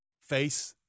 face